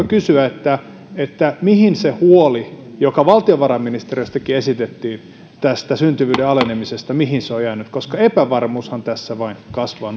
kysyä mihin se huoli joka valtiovarainministeriöstäkin esitettiin tästä syntyvyyden alenemisesta on jäänyt koska epävarmuushan tässä vain kasvaa